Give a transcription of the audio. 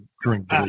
drink